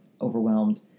overwhelmed